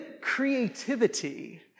creativity